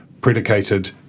predicated